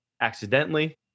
accidentally